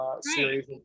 series